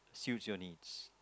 suits your needs